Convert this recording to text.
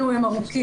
הם טיפולים ארוכים.